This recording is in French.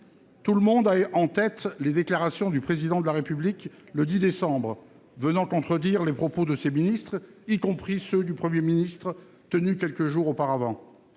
Tout le monde a en tête les déclarations du Président de la République le 10 décembre venant contredire les propos de ses ministres, y compris ceux du Premier ministre, tenus quelques jours auparavant.